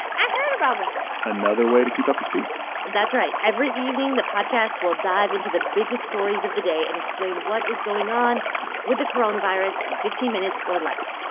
i heard about that another way to keep up to speed that's right. every evening, the podcast will dive into the biggest stories of the day and explain what is going on with the coronavirus in fifteen minutes or less.